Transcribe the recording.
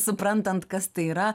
suprantant kas tai yra